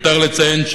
מיותר לציין,